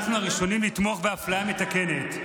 אנחנו הראשונים לתמוך באפליה מתקנת,